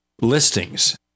listings